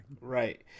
Right